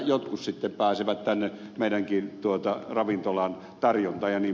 jotkut sitten pääsevät tänne meidänkin ravintolan tarjontaan jnp